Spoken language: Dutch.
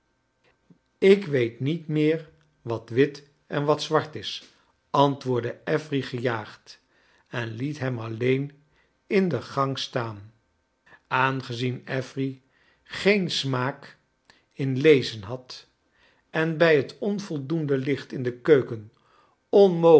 ik weet niet meer wat wit en wat zwart is antwoordde affery gejaagd en liet hem alleen in de gang staan aangezien affery geen smaak in lezen had en bij t onvoldoende licht in de keuken